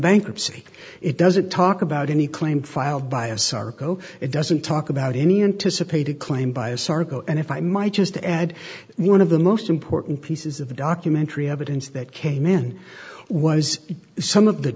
bankruptcy it doesn't talk about any claim filed by asarco it doesn't talk about any anticipated claim by asarco and if i might just add one of the most important pieces of the documentary evidence that came in was some of the